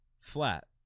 Flat